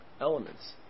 elements